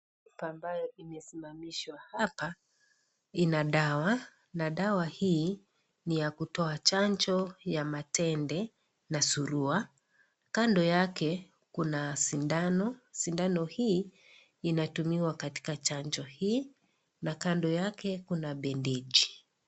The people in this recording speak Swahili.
Chupa ambayo imesimamishwa hapa ina dawa na dawa hii ni ya kutoa chanjo ya matende na surua, kando yake kuna sindano, sindano hii inatumiwa katika chanjo na kando yake kuna bendeji.